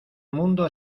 mundo